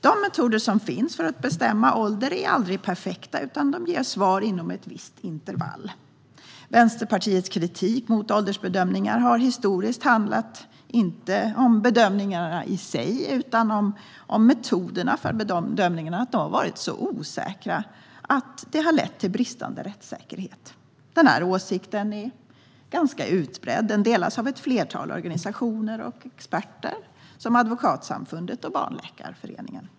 De metoder som finns för att bestämma ålder är aldrig perfekta utan ger svar inom ett visst intervall. Vänsterpartiets kritik mot åldersbedömningar har historiskt inte handlat om bedömningarna i sig utan om att metoderna för bedömning har varit så osäkra att det har lett till bristande rättssäkerhet. Denna åsikt är ganska utbredd och delas av ett flertal organisationer och experter, som Advokatsamfundet och Svenska Barnläkarföreningen.